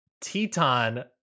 Teton